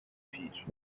پیر